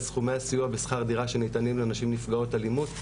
על סכומי הסיוע בשכר דירה שניתנים לנשים נפגעות אלימות,